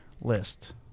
list